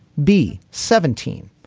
b, seventeen,